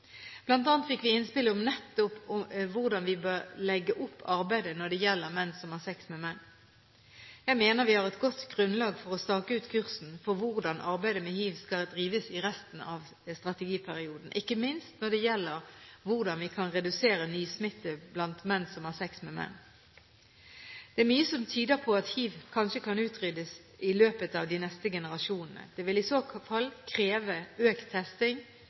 fikk vi innspill om nettopp hvordan vi bør legge opp arbeidet når det gjelder menn som har sex med menn. Jeg mener vi har et godt grunnlag for å stake ut kursen for hvordan arbeidet med hiv skal drives i resten av strategiperioden, ikke minst når det gjelder hvordan vi kan redusere nysmitte blant menn som har sex med menn. Det er mye som tyder på at hiv kanskje kan utryddes i løpet av de neste generasjonene. Det vil i så fall kreve økt testing,